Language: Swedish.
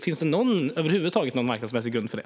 Finns det över huvud taget någon marknadsmässig grund för det?